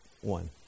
One